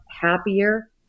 happier